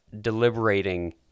deliberating